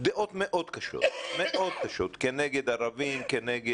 דעות מאוד קשות כנגד מיעוטים.